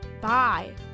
Bye